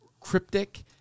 cryptic